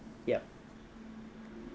yup